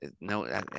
no